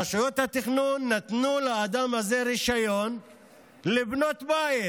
רשויות התכנון נתנו לאדם הזה רישיון לבנות בית.